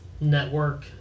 network